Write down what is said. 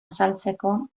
azaltzeko